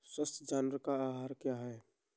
स्वस्थ जानवर का आहार क्या है?